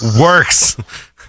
works